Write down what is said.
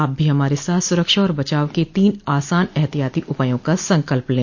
आप भी हमारे साथ सुरक्षा और बचाव के तीन आसान एहतियाती उपायों का संकल्प लें